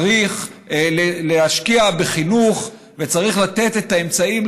צריך להשקיע בחינוך וצריך לתת את האמצעים,